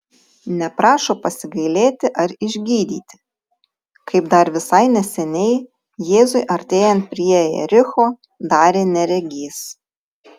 neprašo pasigailėti ar išgydyti kaip dar visai neseniai jėzui artėjant prie jericho darė neregys